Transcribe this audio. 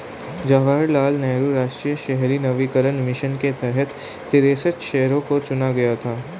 जवाहर लाल नेहरू राष्ट्रीय शहरी नवीकरण मिशन के तहत तिरेसठ शहरों को चुना गया था